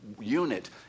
unit